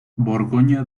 borgoña